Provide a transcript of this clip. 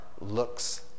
looks